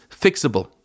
fixable